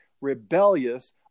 rebellious